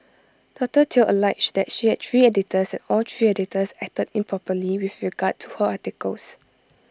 doctor Teo alleged that she had three editors and all three editors acted improperly with regard to her articles